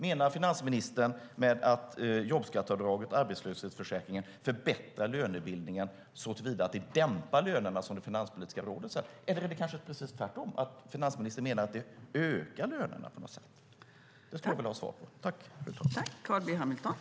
Menar finansministern att jobbskatteavdraget och arbetslöshetsförsäkringen förbättrar lönebildningen så till vida att det dämpar lönerna, som Finanspolitiska rådet säger, eller är det kanske precis tvärtom, att finansministern menar att det på något sätt ökar lönerna? Det skulle jag vilja ha svar på.